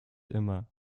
immer